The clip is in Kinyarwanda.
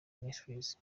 ministries